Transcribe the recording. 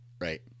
Right